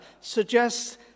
suggests